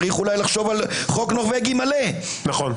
צריך אולי לחשוב על חוק נורבגי מלא -- נכון.